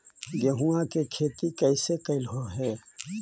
गेहूआ के खेती कैसे कैलहो हे?